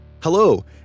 Hello